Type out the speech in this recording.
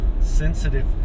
sensitive